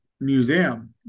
museum